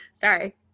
Sorry